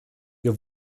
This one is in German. wir